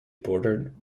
bordered